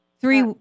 Three